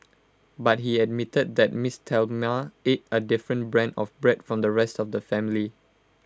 but he admitted that miss Thelma ate A different brand of bread from the rest of the family